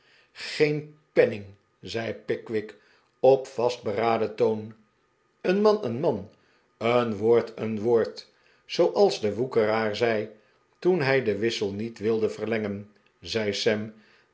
geen penning zei pickwick op vastberaden toon een man een man een woord een woord zooals de woekeraar zei toen hij den wissel niet wilde verlengen zei sam